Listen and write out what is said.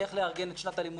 איך לארגן את שנת הלימודים,